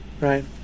right